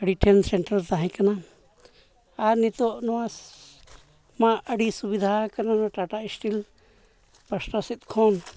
ᱟᱹᱰᱤ ᱴᱷᱮᱱ ᱛᱟᱦᱮᱸᱠᱟᱱᱟ ᱟᱨ ᱱᱤᱛᱳᱜ ᱱᱚᱣᱟ ᱢᱟ ᱟᱹᱰᱤ ᱥᱩᱵᱤᱫᱷᱟ ᱟᱠᱟᱱᱟ ᱱᱚᱣᱟ ᱴᱟᱴᱟ ᱤᱥᱴᱤᱞ ᱯᱟᱥᱴᱟ ᱥᱮᱫ ᱠᱷᱚᱱ